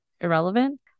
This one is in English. irrelevant